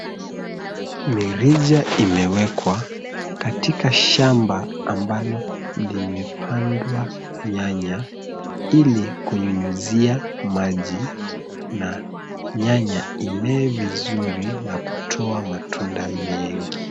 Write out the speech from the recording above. Mirija imewekwa katika shamba ambalo limepandwa nyanya, ili kunyunyizia maji na nyanya imee vizuri na kutoa matunda mengi.